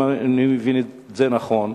אם אני מבין את זה נכון,